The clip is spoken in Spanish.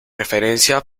referencia